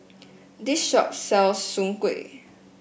this shop sells Soon Kuih